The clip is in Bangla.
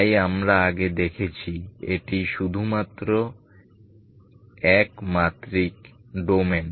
তাই আমরা আগে দেখেছি এটি শুধুমাত্র একটি মাত্রিক ডোমেন